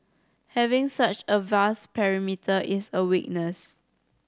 having such a vast perimeter is a weakness